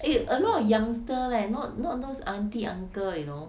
eh a lot of youngster leh not not those auntie uncle you know